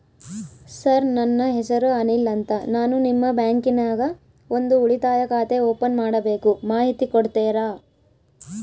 Sir ನನ್ನ ಹೆಸರು ಅನಿಲ್ ಅಂತ ನಾನು ನಿಮ್ಮ ಬ್ಯಾಂಕಿನ್ಯಾಗ ಒಂದು ಉಳಿತಾಯ ಖಾತೆ ಓಪನ್ ಮಾಡಬೇಕು ಮಾಹಿತಿ ಕೊಡ್ತೇರಾ?